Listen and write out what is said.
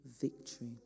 victory